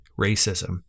racism